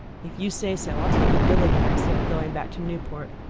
if you say so i'll take a villa there instead of going back to newport.